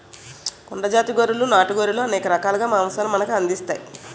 కొండ జాతి గొర్రెలు నాటు గొర్రెలు అనేక రకాలుగా మాంసాన్ని మనకు అందిస్తాయి